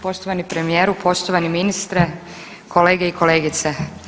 Poštovani premijeru, poštovani ministre, kolege i kolegice.